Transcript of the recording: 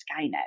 Skynet